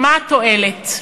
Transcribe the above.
מה התועלת?